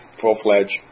Full-fledged